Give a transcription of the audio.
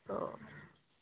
অঁ